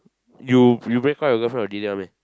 you you breakup with your girlfriend will delete one meh